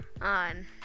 On